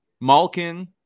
Malkin